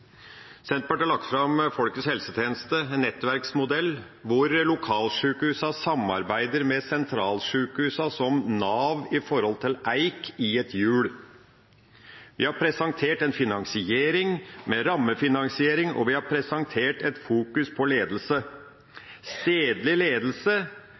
Senterpartiet har lagt fram folkets helsetjeneste, en nettverksmodell hvor lokalsjukehusene samarbeider med sentralsjukehusene som et nav i forhold til eika i et hjul. Vi har presentert en finansiering med rammefinansiering, og vi har presentert et fokus på